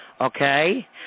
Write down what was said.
Okay